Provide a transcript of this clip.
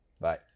Bye